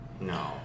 no